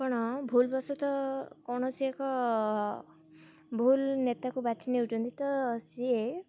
ଆପଣ ଭୁଲ୍ବଶତଃ କୌଣସି ଏକ ଭୁଲ୍ ନେତାକୁ ବାଛି ନେଉଛନ୍ତି ତ ସିଏ